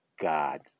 God